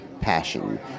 passion